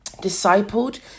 discipled